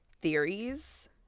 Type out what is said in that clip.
theories